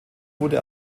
wurde